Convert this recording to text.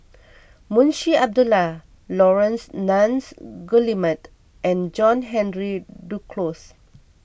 Munshi Abdullah Laurence Nunns Guillemard and John Henry Duclos